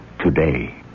today